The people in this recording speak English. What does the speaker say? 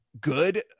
good